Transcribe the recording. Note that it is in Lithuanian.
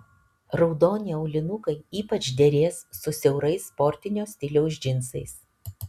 raudoni aulinukai ypač derės su siaurais sportinio stiliaus džinsais